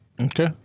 Okay